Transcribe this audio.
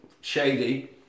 Shady